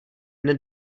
mne